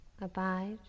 abide